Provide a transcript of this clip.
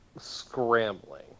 scrambling